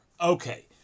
Okay